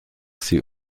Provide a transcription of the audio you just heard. sie